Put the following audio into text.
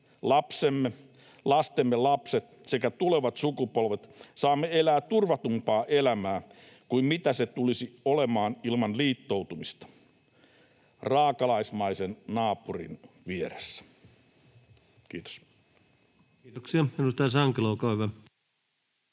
lapsemme, lastemme lapset sekä tulevat sukupolvet saamme elää turvatumpaa elämää kuin mitä se tulisi olemaan ilman liittoutumista raakalaismaisen naapurin vieressä. — Kiitos. Kiitoksia. — Edustaja Sankelo, olkaa hyvä.